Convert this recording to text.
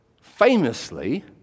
famously